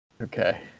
Okay